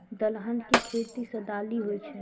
दलहन के खेती सं दालि होइ छै